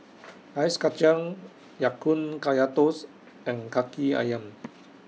Ice Kachang Ya Kun Kaya Toast and Kaki Ayam